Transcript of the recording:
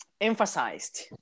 emphasized